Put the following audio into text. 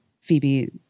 Phoebe